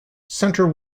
centre